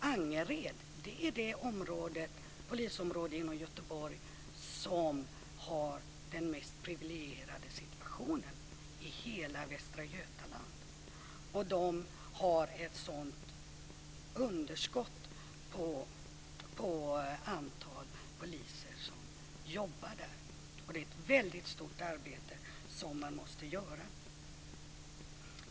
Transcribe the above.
Angered är det polisområde i Göteborg som har den mest privilegierade situationen i hela Västra Götaland, och de har ett sådant underskott på antal poliser som jobbar där. Det är ett väldigt stort arbete som man måste göra.